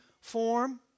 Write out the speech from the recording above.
form